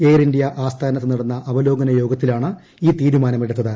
air India ആസ്ഥാനത്ത് നടന്ന അവലോകനയോഗത്തിലാണ് ഈ തീരുമാനമെടുത്തത്